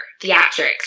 theatrics